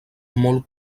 molt